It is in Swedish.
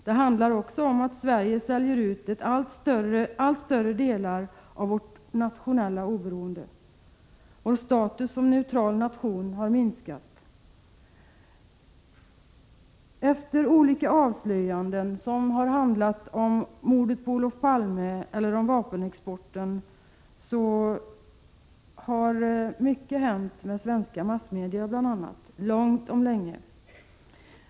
Det handlar också om att Sverige säljer ut allt större delar av sitt nationella oberoende. Vår status som neutral nation har minskat. Efter olika avslöjanden som har handlat om mordet på Olof Palme och om vapenexporten har mycket hänt med bl.a. svenska massmedia — långt om länge.